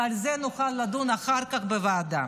ועל זה נוכל לדון אחר כך בוועדה.